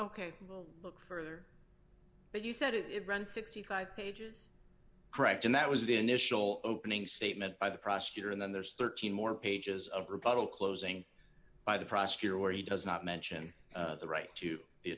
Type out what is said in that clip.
ok look further but you said it runs sixty five pages correct and that was the initial opening statement by the prosecutor and then there's thirteen more pages of rebuttal closing by the prosecutor where he does not mention the right to the